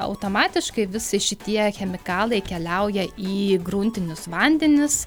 automatiškai visi šitie chemikalai keliauja į gruntinius vandenis